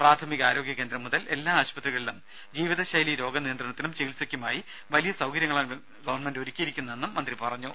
പ്രാഥമികാരോഗ്യ കേന്ദ്രം മുതൽ എല്ലാ ആശുപത്രികളിലും ജീവിത ശൈലീ രോഗ നിയന്ത്രണത്തിനും ചികിത്സയ്ക്കുമായി വലിയ സൌകര്യങ്ങളാണ് ഗവൺമെന്റ് ഒരുക്കിയിരിക്കുന്നതെന്നും മന്ത്രി പറഞ്ഞു